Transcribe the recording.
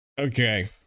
Okay